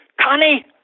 Connie